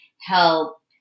help